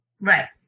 Right